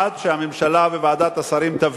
עד שהממשלה, ועדת השרים, תבין: